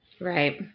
Right